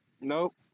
Nope